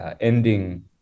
ending